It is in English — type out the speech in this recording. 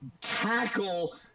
tackle